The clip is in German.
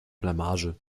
blamage